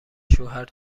شوهر